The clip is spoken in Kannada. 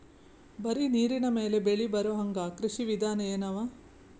ಬರೀ ನೀರಿನ ಮೇಲೆ ಬೆಳಿ ಬರೊಹಂಗ ಕೃಷಿ ವಿಧಾನ ಎನವ?